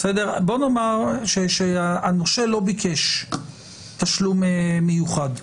בואו נאמר שהנאמן לא ביקש תשלום מיוחד,